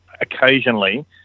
occasionally